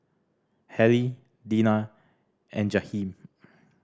Halle Dina and Jahiem